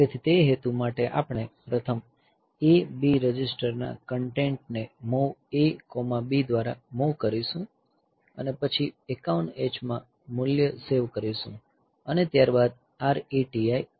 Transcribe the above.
તેથી તે હેતુ માટે આપણે પ્રથમ A B રજિસ્ટર ના કન્ટેન્ટ ને MOV AB દ્વારા મૂવ કરીશું અને પછી 51 H માં મૂલ્ય સેવ કરીશું અને ત્યારબાદ RETI કરીશું